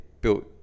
built